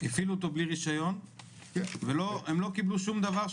הפעילו אותו בלי רישיון והם לא קיבלו שום דבר,